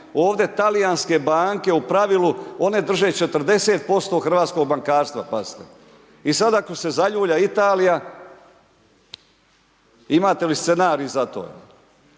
Ovdje talijanske banke u pravilu one drže 40% hrvatskog bankarstva pazite. I sada ako se zaljulja Italija imate li scenarij za to?